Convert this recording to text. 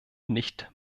nicht